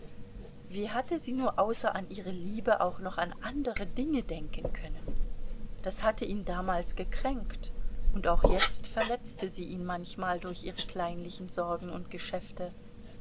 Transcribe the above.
wie hatte sie nur außer an ihre liebe auch noch an andere dinge denken können das hatte ihn damals gekränkt und auch jetzt verletzte sie ihn manchmal durch ihre kleinlichen sorgen und geschäfte